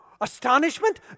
Astonishment